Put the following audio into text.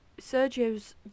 Sergio's